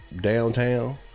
downtown